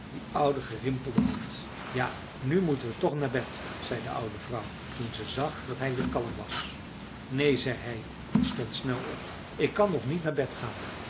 die oude gerimpelde hand ja nu moeten we toch naar bed zei de oude vrouw toen ze zag dat hij weer kalm was neen zei hij en stond snel op ik kan nog niet naar bed gaan